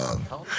טוב.